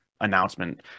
announcement